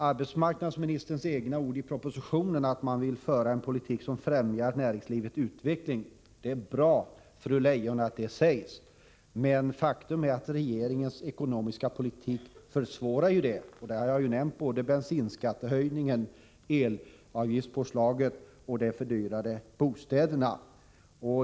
Arbetsmarknadsministern säger själv i propositionen att man vill föra en politik som främjar näringslivets utveckling. Det är bra att det uttalandet görs. Men faktum är att regeringens ekonomiska politik innebär svårigheter i det här avseendet. Jag har tidigare nämnt bensinskattehöjningen, elavgiftspåslaget och de nya skatter som innebär en fördyring av boendet.